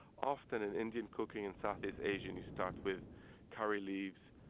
often in indian cooking and southeast asian you start with curry leaves,